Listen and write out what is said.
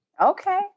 Okay